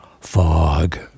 fog